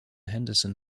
henderson